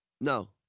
No